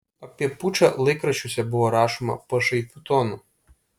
apie pučą laikraščiuose buvo rašoma pašaipiu tonu